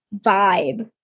vibe